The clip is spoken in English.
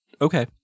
okay